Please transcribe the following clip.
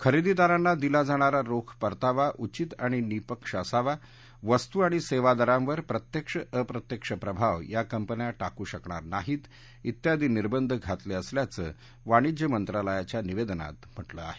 खरेदीदारांना दिला जाणारा रोख परतावा उचित आणि निःपक्ष असावा वस्तू आणि सेवा दरांवर प्रत्यक्ष अप्रत्यक्ष प्रभाव या कंपन्या टाकू शकणार नाहीत त्यादी निर्बंध घातले असल्याचं वाणिज्य मंत्रालयाच्या निवेदनात म्हटलं आहे